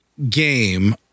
Game